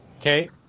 okay